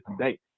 today